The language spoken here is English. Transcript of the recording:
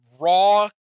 raw